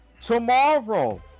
tomorrow